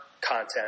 content